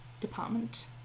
Department